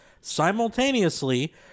simultaneously